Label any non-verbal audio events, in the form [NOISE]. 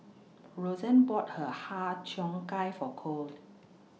Roseann bought Her Har Cheong Gai For Kole [NOISE]